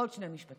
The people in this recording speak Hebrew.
עוד שני משפטים.